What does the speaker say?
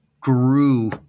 grew